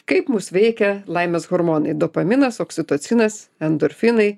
kaip mus veikia laimės hormonai dopaminas oksitocinas endorfinai